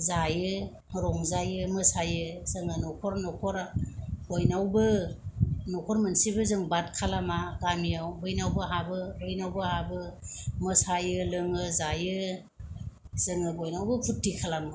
जायो रंजायो मोसायो जोङो नखर नखर बयनावबो नखर मोनसेबो जों बाद खालामा गामियाव बैनावबो हाबो बैनावबो हाबो मोसायो लोङो जायो जोङो बयनावबो फुरथि खालामो आरो